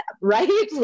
right